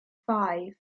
five